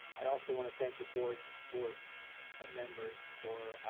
i also wanna thank the board board ah members for